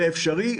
זה אפשרי.